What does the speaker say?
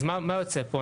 אז מה יוצא פה?